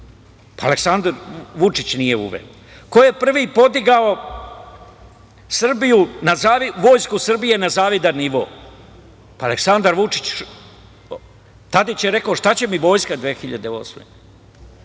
Pa, Aleksandar Vučić nije uveo. Ko je prvi podigao Vojsku Srbije na zavidan nivo? Pa, Aleksandar Vućić. Tadić je rekao – šta će mi vojska 2008.